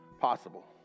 possible